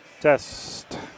test